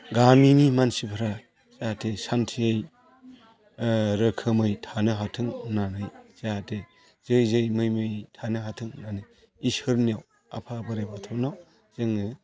गामिनि मानसिफोरा जाहाथे सान्थियै रोखोमै थानो हाथों होननानै जाहाथे जै जै मै मै थानो हाथों होननानै इसोरनियाव आफा बोराय बाथौनाव जोङो